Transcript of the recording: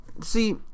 see